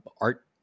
art